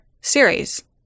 series